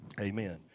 amen